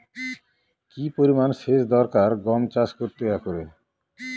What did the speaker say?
কি পরিমান সেচ দরকার গম চাষ করতে একরে?